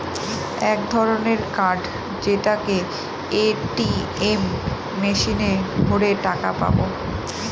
এক ধরনের কার্ড যেটাকে এ.টি.এম মেশিনে ভোরে টাকা পাবো